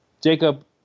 Jacob